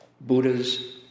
Buddhas